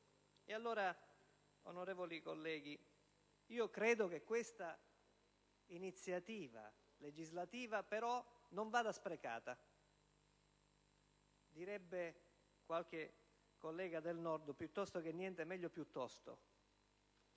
Allora, onorevoli colleghi, credo che questa iniziativa legislativa non vada sprecata - qualche collega del Nord direbbe che piuttosto che niente è meglio piuttosto